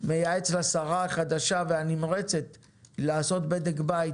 מייעץ לשרה החדשה והנמרצת לעשות בדק בית,